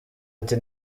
ati